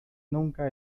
nunca